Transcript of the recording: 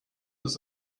des